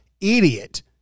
idiot